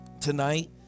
Tonight